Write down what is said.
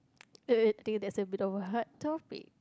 wait wait I think that's a bit of a hard topic